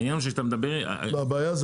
הבעיה זה